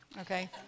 okay